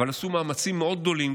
אבל עשו מאמצים מאוד גדולים,